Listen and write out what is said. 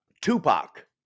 Tupac